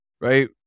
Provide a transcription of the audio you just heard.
right